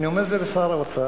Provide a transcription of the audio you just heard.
אני אומר את זה לשר האוצר,